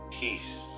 peace